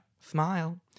Smile